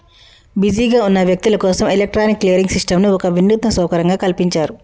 బిజీగా ఉన్న వ్యక్తులు కోసం ఎలక్ట్రానిక్ క్లియరింగ్ సిస్టంను ఒక వినూత్న సౌకర్యంగా కల్పించారు